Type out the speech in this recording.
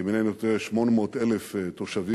אם אינני טועה, 800,000 תושבים,